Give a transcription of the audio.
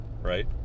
right